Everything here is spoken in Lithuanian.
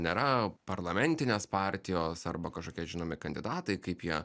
nėra parlamentinės partijos arba kažkokie žinomi kandidatai kaip jie